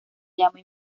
llama